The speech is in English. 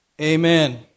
Amen